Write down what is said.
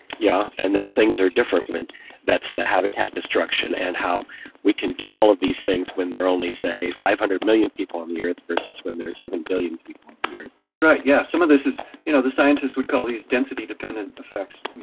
yeah, and that things are different when that's the habitat destruction, and how we can do all of these things when there are only say, five hundred million people on the earth versus when there are seven billion people on the earth. that's right, yeah some of this you know the scientists would call this density dependent effects.